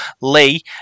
Lee